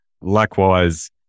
Likewise